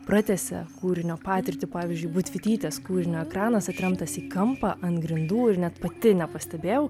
pratęsia kūrinio patirtį pavyzdžiui budvytytės kūrinio ekranas atremtas į kampą ant grindų ir net pati nepastebėjau